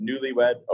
newlywed